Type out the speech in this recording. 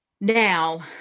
now